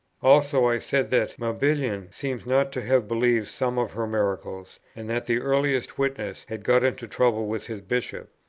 also, i said that mabillon seems not to have believed some of her miracles and that the earliest witness had got into trouble with his bishop.